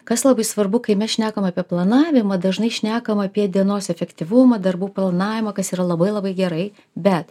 kas labai svarbu kai mes šnekam apie planavimą dažnai šnekam apie dienos efektyvumą darbų planavimą kas yra labai labai gerai bet